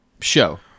show